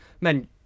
Men